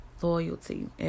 Loyalty